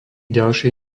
ďalšie